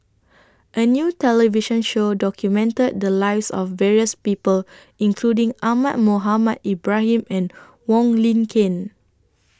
A New television Show documented The Lives of various People including Ahmad Mohamed Ibrahim and Wong Lin Ken